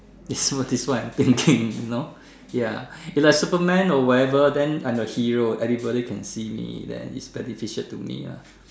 it's it's what I'm thinking you know ya like Superman or whatever then I'm a hero everybody can see me then it's beneficial to me ah